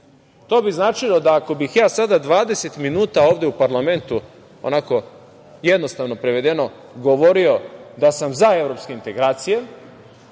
To bi značilo da ako bih ja sada 20 minuta ovde u parlamentu, onako jednostavno prevedeno, govorio da sam za evropske integracije